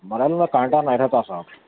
مرل میں کانٹا نہیں رہتا صاحب